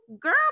Girl